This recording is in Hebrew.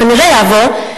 כנראה יעבור,